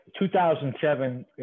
2007